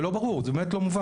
זה לא ברור, זה באמת לא מובן.